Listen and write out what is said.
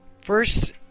First